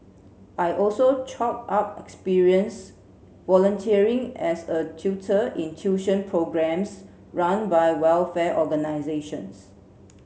I also chalked up experience volunteering as a tutor in tuition programmes run by welfare organisations